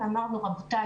ואמרנו: רבותיי,